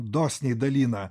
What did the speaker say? dosniai dalina